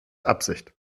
absicht